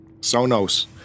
Sonos